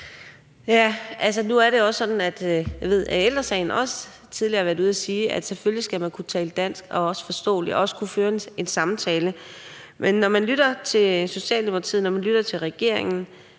det også sådan, at jeg ved, at Ældre Sagen også tidligere har været ude at sige, at selvfølgelig skal man kunne tale dansk, også forståeligt, og også kunne føre en samtale. Men når man lytter til Socialdemokratiet, når man lytter til regeringen,